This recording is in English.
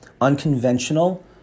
unconventional